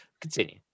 Continue